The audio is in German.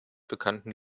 bekannten